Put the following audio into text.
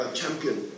champion